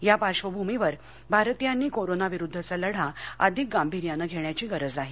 या पार्श्वभूमीवर भारतीयांनी कोरोना विरुध्दचा लढा अधिक गांभिर्यानं घेण्याची गरज आहे